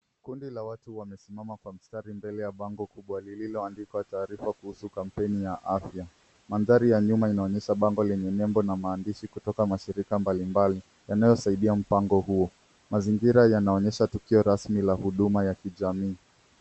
Kundi wa watu wamesimama kwa mstari mbele ya bango kubwa lililoandikwa taarifa kuhusu kampeni ya afya. Mandhari ya nyuma inaonyesha bango lenye nembo na maandishi kutoka mashirika mbalimbalia yanayosaidia mpango huo. Mazingira yanaonyesha tukio rasmi la huduma ya kijamii.